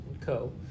co